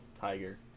tiger